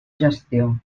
gestió